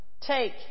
Take